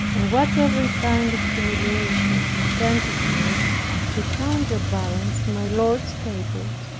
and whatever kind of humiliations attended me to counterbalance my lord's favors,